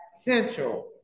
central